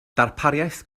darpariaeth